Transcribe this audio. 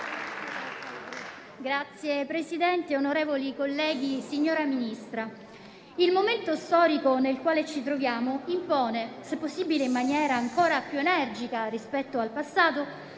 Signor Presidente, onorevoli colleghi, signora Ministra, il momento storico nel quale ci troviamo impone, se possibile in maniera ancora più energica rispetto al passato,